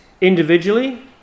individually